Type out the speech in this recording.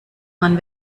man